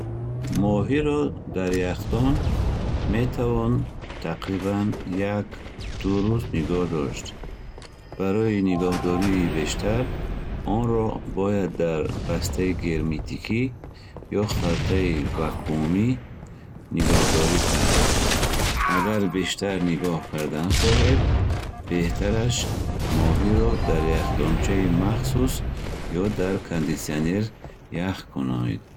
Моҳиро дар яхдон метавон тақрибан як ду рӯз нигоҳ дошт. Барои нигоҳдории бештар, онро бояд дар бастаи герметикӣ ё халтаи вакуумӣ нигоҳдорӣ кард. Агар бештар нигоҳ кардан хоҳед, беҳтараш моҳиро дар яхдончаи махсус ё дар кондитсионер ях кунонед.